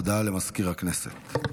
הודעה למזכיר הכנסת.